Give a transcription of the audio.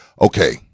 okay